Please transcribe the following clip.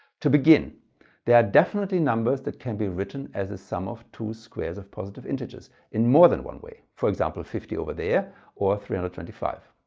to begin there are definitely numbers that can be written as a sum of two squares of positive integers in more than one way. for example, fifty over there or a three hundred and twenty five.